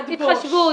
תמשיך.